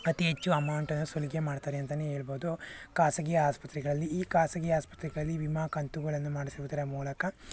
ಅತಿ ಹೆಚ್ಚು ಅಮೌಂಟನ್ನು ಸುಲಿಗೆ ಮಾಡ್ತಾರೆ ಅಂತಲೇ ಹೇಳ್ಬೋದು ಖಾಸಗಿ ಆಸ್ಪತ್ರೆಗಳಲ್ಲಿ ಈ ಖಾಸಗಿ ಆಸ್ಪತ್ರೆಗಳಲ್ಲಿ ವಿಮಾ ಕಂತುಗಳನ್ನು ಮಾಡಿಸುವುದರ ಮೂಲಕ